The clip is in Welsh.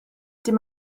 dim